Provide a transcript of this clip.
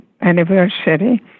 anniversary